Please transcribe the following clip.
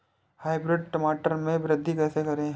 Hybrid टमाटर में वृद्धि कैसे करें?